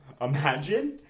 Imagine